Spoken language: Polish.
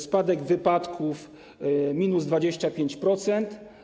Spadek liczby wypadków - minus 25%.